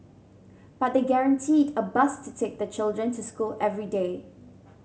but they guaranteed a bus to take the children to school every day